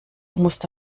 musste